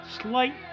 Slight